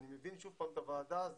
אני מבין, שוב פעם, את הוועדה הזאת.